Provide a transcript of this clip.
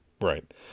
Right